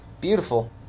Beautiful